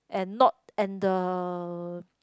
and not and the